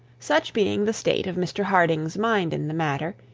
such being the state of mr harding's mind in the matter,